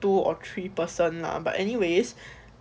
two or three person lah but anyways